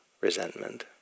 resentment